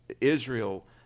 Israel